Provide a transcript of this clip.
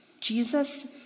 Jesus